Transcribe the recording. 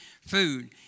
food